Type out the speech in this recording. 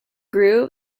grew